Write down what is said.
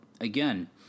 again